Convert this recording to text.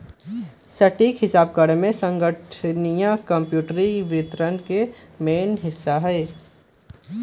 सटीक हिसाब करेमे संगणकीय कंप्यूटरी वित्त के मेन हिस्सा हइ